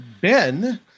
Ben